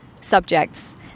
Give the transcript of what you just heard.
subjects